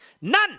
None